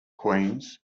queens